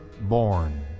born